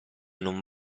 non